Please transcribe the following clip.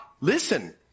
listen